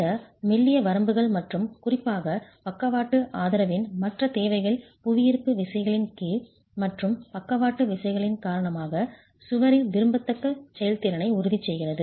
இந்த மெல்லிய வரம்புகள் மற்றும் குறிப்பாக பக்கவாட்டு ஆதரவின் மற்ற தேவைகள் புவியீர்ப்பு விசைகளின் கீழ் மற்றும் பக்கவாட்டு விசைகளின் காரணமாக சுவரின் விரும்பத்தக்க செயல்திறனை உறுதி செய்கிறது